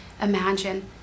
imagine